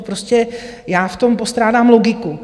Prostě já v tom postrádám logiku.